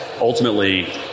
Ultimately